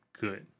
good